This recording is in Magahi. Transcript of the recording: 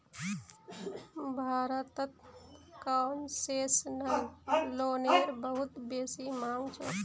भारतत कोन्सेसनल लोनेर बहुत बेसी मांग छोक